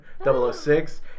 006